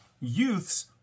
youth's